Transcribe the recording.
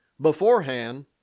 beforehand